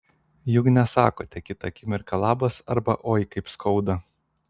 juk nesakote kitą akimirką labas arba oi kaip skauda